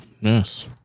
Yes